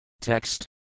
Text